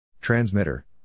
Transmitter